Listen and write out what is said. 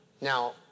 Now